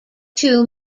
two